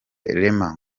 rema